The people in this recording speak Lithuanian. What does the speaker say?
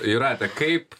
jūrate kaip